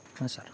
हां सर